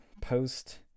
post